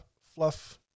fluff